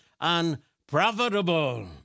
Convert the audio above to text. unprofitable